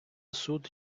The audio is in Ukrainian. суд